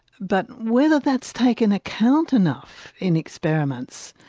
but whether that's taken account enough in experiments,